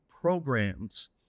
programs